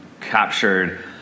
captured